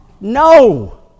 No